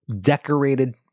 decorated